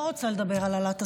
לא רוצה לדבר על